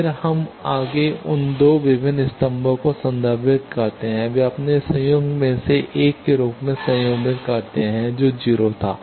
फिर हम आगे उन 2 विभिन्न स्तंभों को संदर्भित करते हैं संदर्भ समय 1926 वे अपने संयुग्म में से एक के रूप में संयुग्मित करते हैं जो 0 था